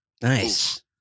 Nice